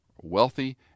wealthy